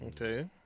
Okay